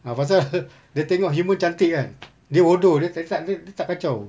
ah pasal dia tengok human cantik kan dia hodoh dia ta~ tak dia tak kacau